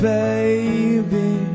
baby